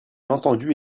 entendu